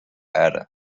erde